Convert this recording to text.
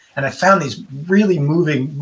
and i found these really moving,